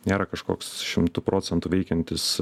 nėra kažkoks šimtu procentų veikiantis